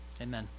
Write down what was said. amen